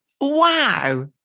Wow